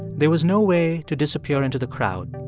there was no way to disappear into the crowd.